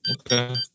Okay